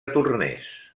tornés